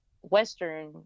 western